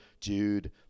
Jude